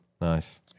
Nice